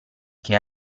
che